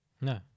No